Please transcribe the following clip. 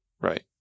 right